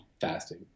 fasting